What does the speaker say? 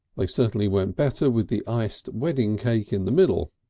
they certainly went better with the iced wedding cake in the middle.